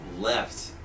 left